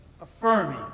affirming